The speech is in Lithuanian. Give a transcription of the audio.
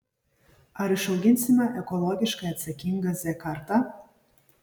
ar išauginsime ekologiškai atsakingą z kartą